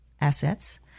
assets